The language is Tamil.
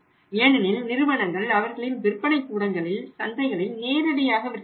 ஏனெனில் நிறுவனங்கள் அவர்களின் விற்பனைக் கூடங்களில் சந்தைகளில் நேரடியாக விற்கின்றன